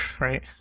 right